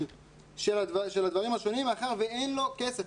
של הדברים השונים מאחר שאין לו כסף,